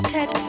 Ted